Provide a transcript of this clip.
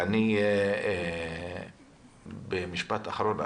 במשפט אחרון,